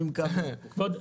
אני מקווה.